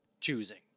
choosing